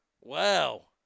Wow